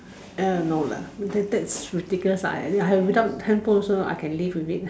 err no lah that's ridiculous lah without handphone I also can live with it